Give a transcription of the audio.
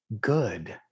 good